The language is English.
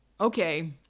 okay